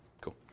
Cool